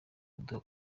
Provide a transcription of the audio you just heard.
kuduha